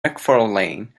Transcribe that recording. mcfarlane